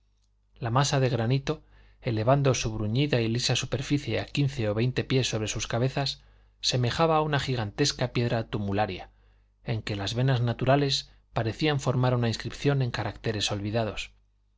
la masa de granito elevando su bruñida y lisa superficie a quince o veinte pies sobre sus cabezas semejaba una gigantesca piedra tumularia en que las venas naturales parecían formar una inscripción en caracteres olvidados